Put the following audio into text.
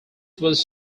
was